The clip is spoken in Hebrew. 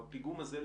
אבל הפיגום הזה,